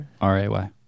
R-A-Y